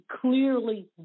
clearly